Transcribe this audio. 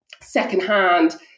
secondhand